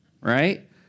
right